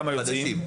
חדשים.